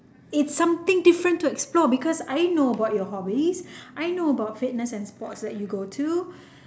it's something different to explore because I know about your hobbies I know about fitness and sports that you go to